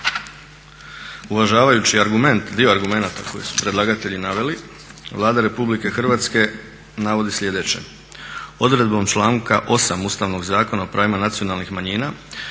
Uvažavajući argument, dio argumenata koji su predlagatelji naveli Vlada Republike Hrvatske navodi sljedeće. Odredbom članka 8. Ustavnog zakona o pravima nacionalnih manjina